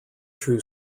true